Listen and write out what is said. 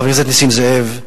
חבר הכנסת נסים זאב,